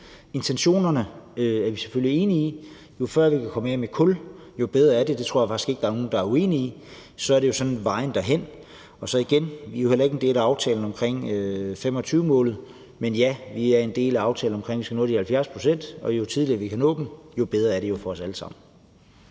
intentionerne. Jo før vi kan komme af med kul, jo bedre er det. Det tror jeg faktisk ikke at der er nogen der er uenige i. Så er det jo sådan vejen derhen. Og igen vil jeg sige: Vi er jo heller ikke en del af aftalen omkring 2025-målet, men ja, vi er en del af aftalen omkring, at vi skal nå de 70 pct., og jo tidligere vi kan nå dem, jo bedre er det jo for os alle sammen.